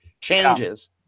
changes